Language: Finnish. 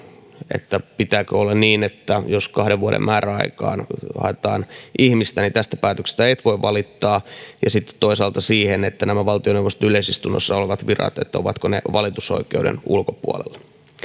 eli siihen pitääkö olla niin että jos kahden vuoden määräaikaan haetaan ihmistä niin tästä päätöksestä et voi valittaa ja sitten toisaalta siihen ovatko nämä valtioneuvoston yleisistunnossa olevat virat valitusoikeuden ulkopuolella